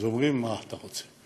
אז אומרים: מה אתה רוצה?